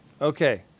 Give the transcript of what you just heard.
Okay